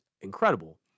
incredible